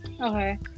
Okay